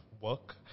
work